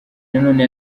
nanone